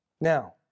now